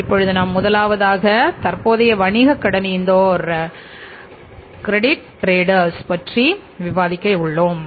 இப்பொழுது நாம் முதலாவது தற்போதைய வணிக கடனீந்தோர் ட்ரேட் கிரெடிட் பற்றி விவாதிக்க உள்ளோம்